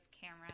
camera